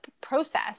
process